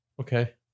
Okay